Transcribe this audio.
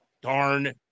darn